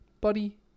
buddy